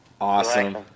Awesome